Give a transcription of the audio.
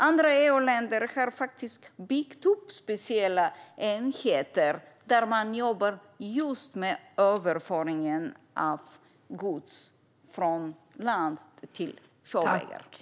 Andra EU-länder har byggt upp speciella enheter där man jobbar just med överföringen av gods från land till sjövägar.